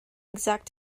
exact